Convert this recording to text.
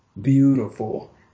beautiful